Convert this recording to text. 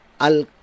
Al